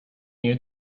near